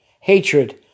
hatred